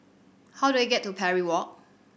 how do I get to Parry Walk